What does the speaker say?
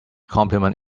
complement